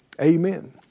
Amen